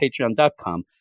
patreon.com